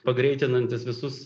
pagreitinantis visus